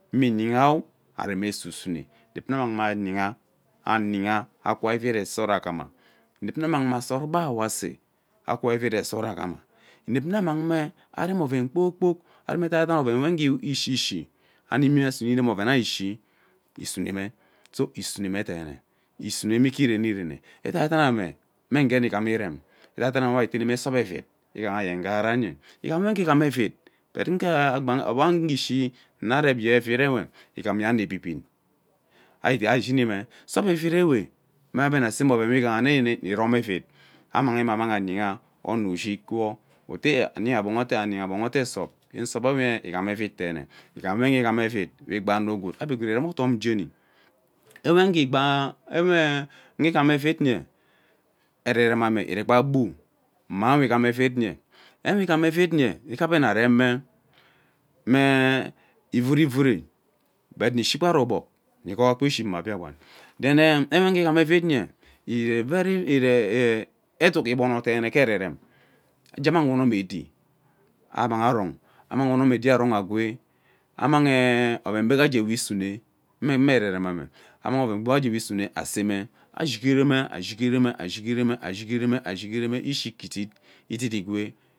Me iyina are ghe esusune inep una amangme ayiha so that akwa evid ee sot aghama inep ina annang me sora ugba sora we asee akwa evih sot aghama inep nna ammang me arem oven kpoo kpok aven edaiden oven we ge ishishi asime irem ovene ishi isume ma so isune me deene isune ike irene irene edaidan me agee ighana irem edaideme ari teneme soap evid ighaha ye ughara ugee igham we ngham evid but ogbogha ngee ishi ena arep we igham evid igham ye ano ebi bim ari gwood ari yeni ume soap evib ewe ebe nna seme oven we ireme we irom evib ammang me immang ayiha ono ushig wo etah anyiha gbang ete soap yeme soap we igham evid deene igham we uge igham evid we egba ano gwood but ebe gwood irem odom jeni ewe nge agbaa ngbe rememe evid nye ereremame ire gba gbu manwe ighan evid ewe igham evid eke ebe areme meee iveverer but un shikpa ogbog nne ghpr kpa ishi ma Biakpan then enwe ighe igham evid nye ire very eduk egbono deene ke ereren eje ammang unun edi mmang aron amanghi unon edi arong egwee ammang oven gwega aje we isune ene nune eremame mmang oven gweega we usune ammang asene ashigereme ashigereme ashigereme ishi ke idit.